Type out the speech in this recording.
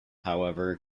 however